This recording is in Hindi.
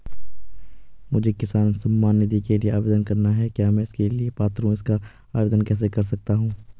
मुझे किसान सम्मान निधि के लिए आवेदन करना है क्या मैं इसके लिए पात्र हूँ इसका आवेदन कैसे कर सकता हूँ?